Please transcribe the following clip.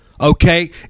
okay